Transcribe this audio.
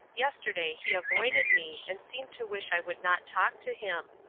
yesterday he avoided me and seemed to wish i would not talk to him.